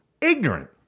ignorant